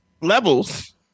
levels